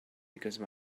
because